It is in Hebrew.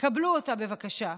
קבלו אותה, בבקשה.